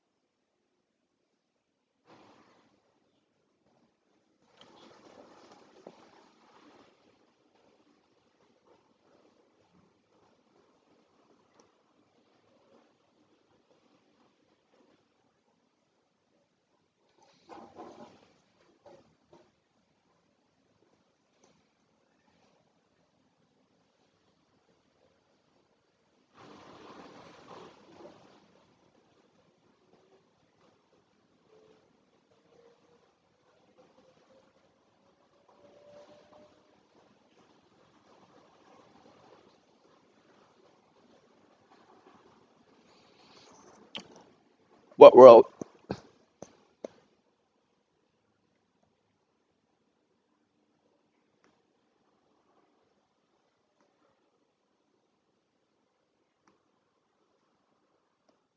what road